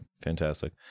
fantastic